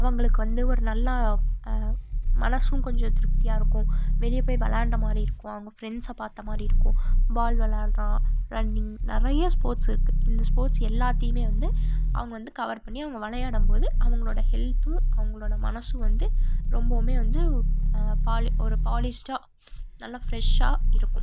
அவங்களுக்கு வந்து ஒரு நல்லா மனதும் கொஞ்சம் திருப்தியாக இருக்கும் வெளியே போய் விளையாண்ட மாதிரி இருக்கும் அவங்க ஃப்ரெண்ட்ஸை பார்த்த மாதிரி இருக்கும் பால் விளையாட்லாம் ரன்னிங் நிறைய ஸ்போர்ட்ஸ் இருக்குது இந்த ஸ்போர்ட்ஸ் எல்லாத்தையுமே வந்து அவங்க வந்து கவர் பண்ணி அவங்க வெளையாடும் போது அவங்களோட ஹெல்த்தும் அவங்களோட மனதும் வந்து ரொம்பவுமே வந்து ஒரு பாலிஷ்டாக நல்லா ஃப்ரெஷ்ஷாக இருக்கும்